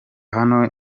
hano